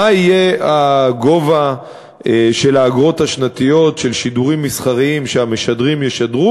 מה יהיה גובה האגרות השנתיות של שידורים מסחריים שהמשדרים ישדרו,